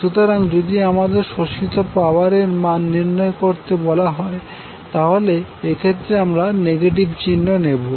সুতরাং যদি আমাদের শোষিত পাওয়ার এর মান নির্ণয় করতে বলা হয় তাহলে এক্ষেত্রে আমরা নেগেটিভ চিহ্ন নেবো